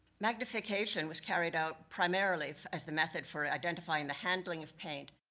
magnification was carried out, primarily, as the method for identifying the handling of paint,